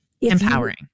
Empowering